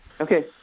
Okay